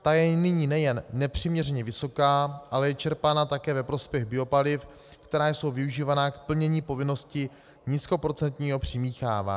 Ta je nyní nejen nepřiměřeně vysoká, ale je čerpána také ve prospěch biopaliv, která jsou využívána k plnění povinnosti nízkoprocentního přimíchávání.